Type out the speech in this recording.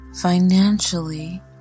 financially